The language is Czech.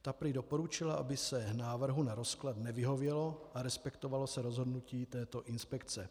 Ta prý doporučila, aby se návrhu na rozklad nevyhovělo a respektovalo se rozhodnutí této inspekce.